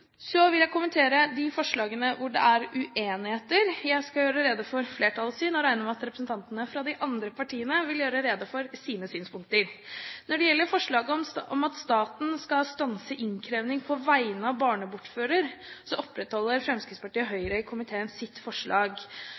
Så vil jeg kommentere de forslagene hvor det er uenighet. Jeg vil gjøre rede for flertallets syn, og regner med at representantene fra de andre partiene vil gjøre rede for sine synspunkter. Når det gjelder forslaget om at staten skal stanse innkreving på vegne av barnebortfører, opprettholder Fremskrittspartiet og Høyre i innstillingen sitt forslag.